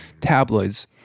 tabloids